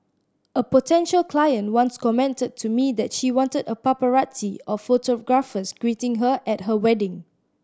a potential client once commented to me that she wanted a paparazzi of photographers greeting her at her wedding